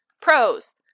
pros